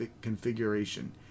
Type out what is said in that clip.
Configuration